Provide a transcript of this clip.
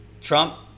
Trump